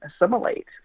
assimilate